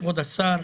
כבוד השר,